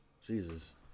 Jesus